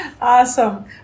awesome